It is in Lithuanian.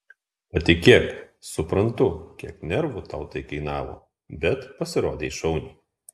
patikėk suprantu kiek nervų tau tai kainavo bet pasirodei šauniai